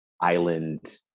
Island